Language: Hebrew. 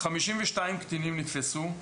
52 קטינים נתפסו,